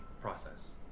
process